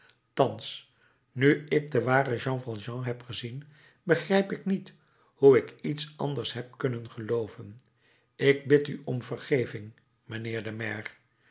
thans nu ik den waren jean valjean heb gezien begrijp ik niet hoe ik iets anders heb kunnen gelooven ik bid u om vergeving mijnheer de maire